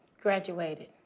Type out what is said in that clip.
graduated